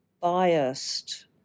biased